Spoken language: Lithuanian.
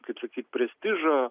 kaip sakyt prestižo